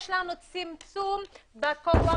יש לנו צמצום בכוח,